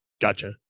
Gotcha